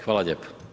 Hvala lijepo.